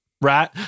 right